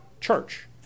church